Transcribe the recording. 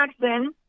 Jackson